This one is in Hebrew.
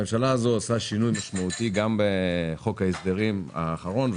הממשלה הזאת עושה שינוי משמעותי גם בחוק ההסדרים האחרון,